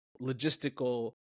logistical